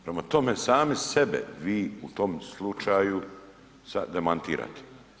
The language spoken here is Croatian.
Prema tome, sami sebe vi u tom slučaju demantirate.